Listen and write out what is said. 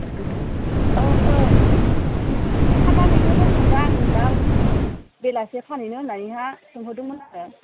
ओं ओं नोंस्रानाव मा मा मैगं दङ दा आं दा बेलासियाव फानहैनो होननाया सोंहरदोंमोन आरो